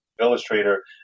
illustrator